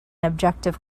objective